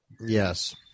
Yes